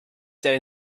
their